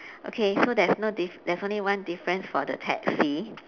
okay so there's no diff~ there is only one difference for the taxi